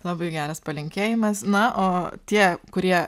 labai geras palinkėjimas na o tie kurie